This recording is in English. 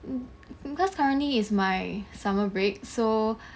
cause currently is my summer break so